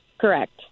Correct